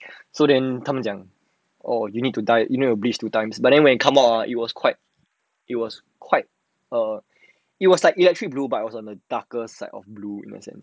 so then 他们讲 oh you need to dye you know bleach two times but then when it come out hor it was quite it was quite err it was like electric blue but on a darkest side of the blue in a sense